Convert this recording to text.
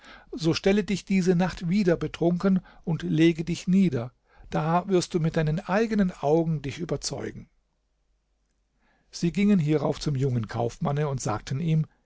so stelle dich diese nacht wieder betrunken und lege dich nieder da wirst du mit deinen eigenen augen dich überzeugen sie gingen hierauf zum jungen kaufmanne und sagten ihm